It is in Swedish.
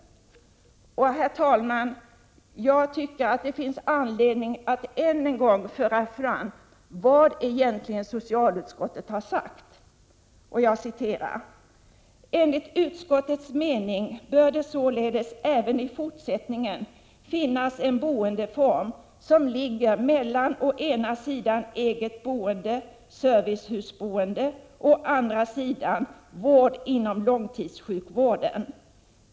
Herr talman! Jag tycker att det finns anledning att än en gång framhålla vad socialutskottet egentligen har sagt: ”Enligt utskottets mening bör det således även i fortsättningen finnas en boendeform som ligger mellan å ena sidan eget boende/servicehusboende och å andra sidan vård inom långtidssjukvården.